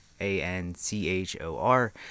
a-n-c-h-o-r